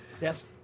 yes